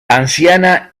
anciana